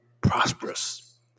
prosperous